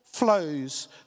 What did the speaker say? flows